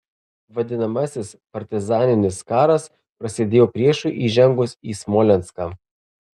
vadinamasis partizaninis karas prasidėjo priešui įžengus į smolenską